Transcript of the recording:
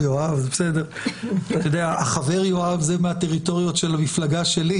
שיהיה בהם כדי להסיר את החשש לחריגה מסמכות.